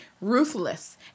ruthless